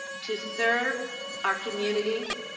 to serve our communities,